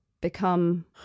become